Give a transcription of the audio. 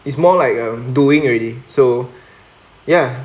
it's more like um doing already so ya